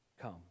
come